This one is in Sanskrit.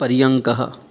पर्यङ्कः